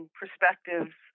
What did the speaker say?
perspectives